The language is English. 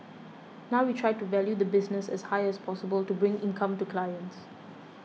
now we try to value the business as high as possible to bring income to clients